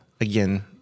again